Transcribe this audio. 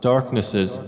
Darknesses